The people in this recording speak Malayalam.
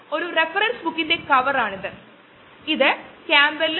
ലെക്ചറ്റിലൂടെ വിവിധ വെബ്സൈറ്റുകളിലൂടെ കടന്നുപോകുമ്പോൾ ഞാൻ അത് ഹൈലൈറ്റ് ചെയ്യും